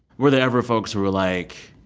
were there ever folks who were like,